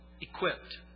equipped